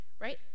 right